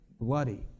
bloody